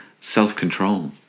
self-control